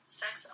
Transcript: sex